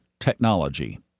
technology